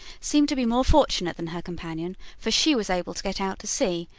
seemed to be more fortunate than her companion, for she was able to get out to sea,